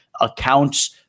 accounts